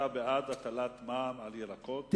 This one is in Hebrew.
אתה בעד הטלת מע"מ על ירקות ופירות?